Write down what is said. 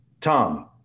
Tom